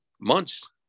months